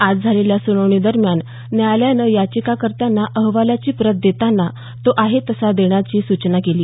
आज झालेल्या सुनावणीदरम्यान न्यायालयानं याचिकाकर्त्यांना अहवालाची प्रत देताना तो आहे तसा देण्याची सूचना केली